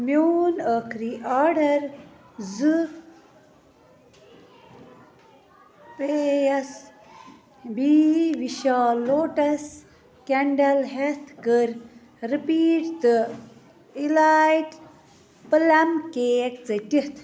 میون أخری آرڈر زٕ پے یَس بی وِشال لوٹَس کٮ۪نڈَل ہٮ۪تھ کٔر رٕپیٖٹ تہٕ اِلایِٹ پٕلم کیک ژٔٹِتھ